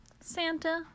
Santa